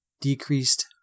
Decreased